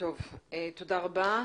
תודה רבה.